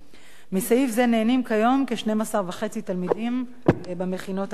מסעיף זה נהנים כיום כ-12.5 תלמידים במכינות הקדם-אקדמיות.